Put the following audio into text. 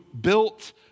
built